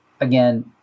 again